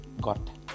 got